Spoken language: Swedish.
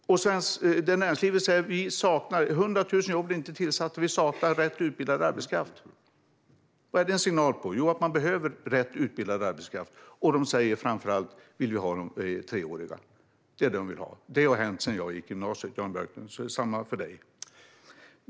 Näringslivet säger att det är 100 000 jobb som inte blir tillsatta och att de saknar rätt utbildad arbetskraft. Vad är det en signal på? Jo, att man behöver rätt utbildad arbetskraft. Näringslivet säger också att de framför allt vill ha de treåriga utbildningarna. Detta har hänt sedan jag gick i gymnasiet, Jan Björklund, och det är samma sak för dig.